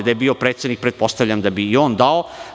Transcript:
Da je bio predsednik, pretpostavljam da bi i on dao.